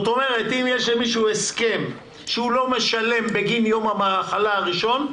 אם יש למישהו הסכם שהוא לא משלם בגין יום המחלה הראשון,